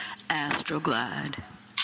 AstroGlide